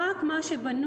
רק מה שבנוי,